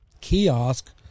kiosk